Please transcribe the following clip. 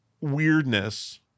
weirdness